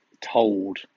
told